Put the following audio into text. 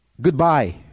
goodbye